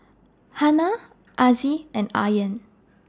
Hana Aziz and Aryan